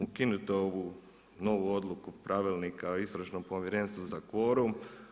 Ukinute ovu novu odluku pravilnika o istražnom povjerenstvu za kvorum.